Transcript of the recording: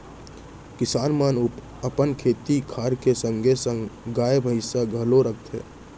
किसान मन अपन खेती खार के संगे संग गाय, भईंस घलौ राखथें